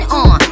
on